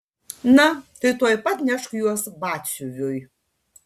na tai tuoj pat nešk juos batsiuviui